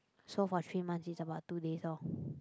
so for three months is about two days off